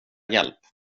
hjälp